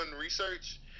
research